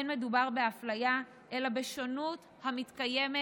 לא מדובר באפליה אלא בשונות המתקיימת